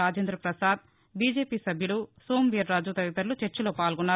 Rajendra Prasad BJP సభ్యులు సోమువీరాజు తదితరులు చర్చలో పాల్గొన్నారు